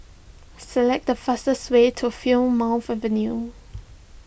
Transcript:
select the fastest way to Plymouth Avenue